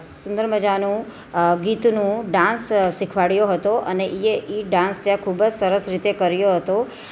સુંદર મજાનું ગીતનું ડાન્સ શીખવાડ્યો હતો અને ઈએ એ ડાન્સ ત્યાં ખૂબ જ સરસ રીતે કર્યો હતો